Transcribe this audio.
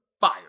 Fire